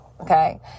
okay